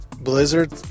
Blizzard